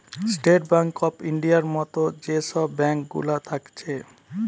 state bank of ইন্ডিয়ার মত যে সব ব্যাঙ্ক গুলা থাকছে